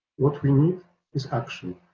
what we need is action,